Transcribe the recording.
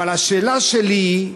אבל השאלה שלי היא: